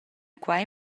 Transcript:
quei